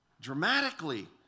Dramatically